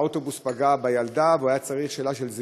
האוטובוס פגע בילדה והוא היה צריך להתייעץ בקשר לזיהום,